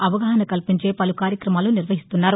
అవగాహన కల్పించే పలు కార్యక్రమాలు నిర్వహిస్తున్నారు